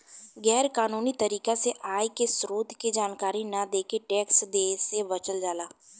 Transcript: गैर कानूनी तरीका से आय के स्रोत के जानकारी न देके टैक्स देवे से बचल जाला